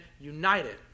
united